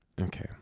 Okay